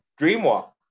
dreamwalk